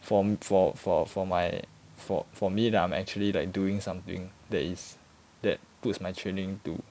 from for for for my for for me that I'm actually like doing something that is that puts my training to